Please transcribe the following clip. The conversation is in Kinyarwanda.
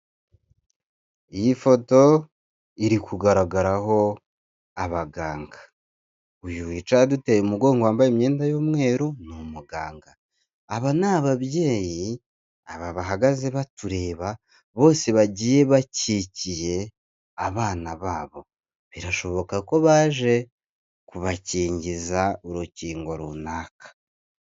Iyi foto iri kugaragaraho abaganga, uyu wicaye aduteye umugongo wambaye imyenda y'umweru ni umuganga, aba ni ababyeyi aba bahagaze batureba bose bagiye bakikiye abana babo birashoboka ko baje kubakingiza urukingo runaka.